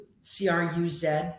C-R-U-Z